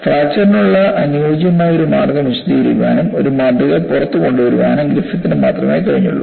ഫ്രാക്ചർനുള്ള അനുയോജ്യമായ ഒരു മാർഗം വിശദീകരിക്കാനും ഒരു മാതൃക പുറത്തു കൊണ്ടുവരുവാനും ഗ്രിഫിത്തിന് മാത്രമേ കഴിഞ്ഞുള്ളൂ